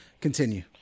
continue